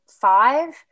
five